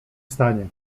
stanie